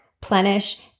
Plenish